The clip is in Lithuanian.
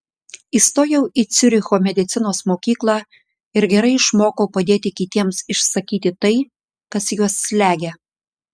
įstojau į ciuricho medicinos mokyklą ir gerai išmokau padėti kitiems išsakyti tai kas juos slegia